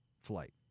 flight